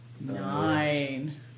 Nine